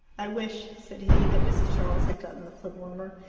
i wish, said he, that mrs. charles had gotten the footwarmer.